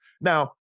Now